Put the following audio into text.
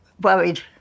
worried